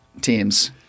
teams